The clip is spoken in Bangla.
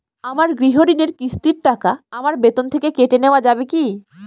আমার গৃহঋণের কিস্তির টাকা আমার বেতন থেকে কেটে নেওয়া যাবে কি?